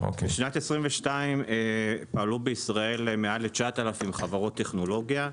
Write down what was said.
בשנת 2022 פעלו בישראל מעל ל-9,000 חברות טכנולוגיה.